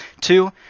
Two